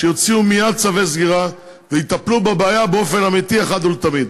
שיוציאו מייד צווי סגירה ויטפלו בבעיה באופן אמיתי אחת ולתמיד.